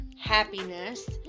happiness